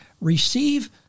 receive